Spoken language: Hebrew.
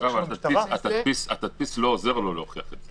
אבל התדפיס לא עוזר לו להוכיח את זה.